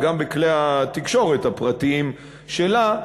וגם בכלי התקשורת הפרטיים שלה,